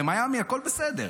במיאמי הכול בסדר.